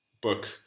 book